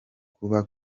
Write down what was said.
kuba